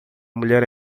mulher